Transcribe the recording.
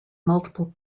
multiple